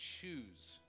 choose